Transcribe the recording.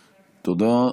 תודה.